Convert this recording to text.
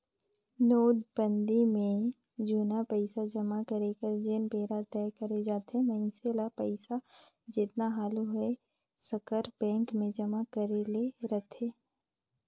नोटबंदी में जुनहा पइसा जमा करे कर जेन बेरा तय करे जाथे मइनसे ल पइसा जेतना हालु होए सकर बेंक में जमा करे ले रहथे